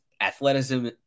athleticism